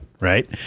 Right